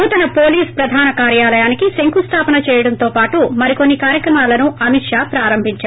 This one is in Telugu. నూతన హోలీస్ ప్రధాన కార్యాలయానికి శంకుస్లాపన చేయడంతోపాటు మరికొన్ని కార్యక్రమాలను అమిత్ షా ప్రారంభించారు